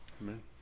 Amen